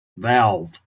valve